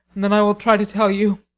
and then i will try to tell you